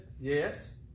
yes